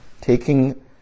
Taking